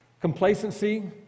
Complacency